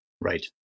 Right